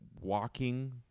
walking